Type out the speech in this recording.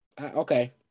Okay